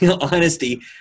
honesty